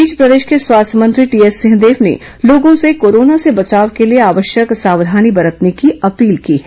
इस बीच प्रदेश के स्वास्थ्य मंत्री टीएस सिंहदेव ने लोगों से कोरोना से बचाव के लिए आवश्यक सावधानी बरतने की अपील की है